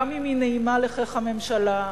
גם אם היא נעימה לחך הממשלה,